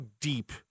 deep